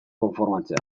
konformatzea